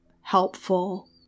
helpful